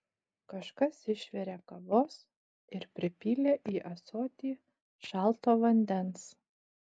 kažkas išvirė kavos ir pripylė į ąsotį šalto vandens